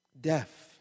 Deaf